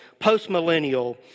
postmillennial